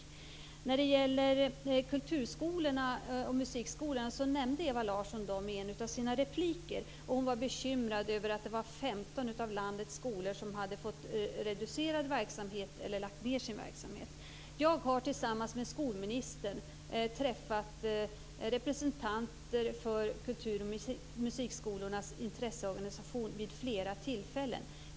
Ewa Larsson nämnde kulturskolorna och musikskolorna i en av sina repliker. Hon var bekymrad över att 15 av landets skolor hade fått reducerad verksamhet eller hade lagt ned sin verksamhet. Jag har tillsammans med skolministern träffat representanter för kultur och musikskolornas intresseorganisation vid flera tillfällen.